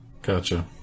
Gotcha